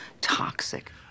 toxic